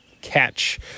Catch